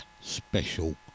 special